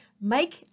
Mike